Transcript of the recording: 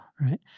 right